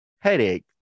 headache